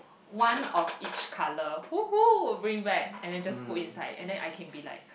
one of each colour !woohoo! bring back and then just put inside and then I can be like